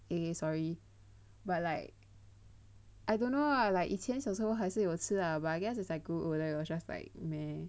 eh sorry but like I don't know lah like 以前小时候还是有吃 lah but I guess as I grow older you will just like meh